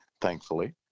thankfully